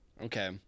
Okay